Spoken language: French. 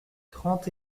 trente